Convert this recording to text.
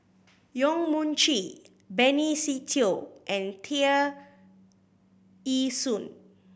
Yong Mun Chee Benny Se Teo and Tear Ee Soon